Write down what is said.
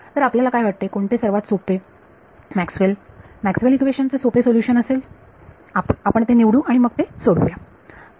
तर आपल्याला काय वाटते कोणते सर्वात सोपे मॅक्सवेलMaxwell's मॅक्सवेल इक्वेशनMaxwell's equation चे सोपे सोलुशन असेल आपण ते निवडू आणि मग ते सोडवू